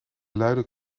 luide